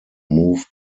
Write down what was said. moved